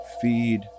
Feed